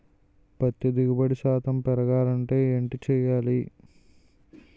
పత్తి దిగుబడి శాతం పెరగాలంటే ఏంటి చేయాలి?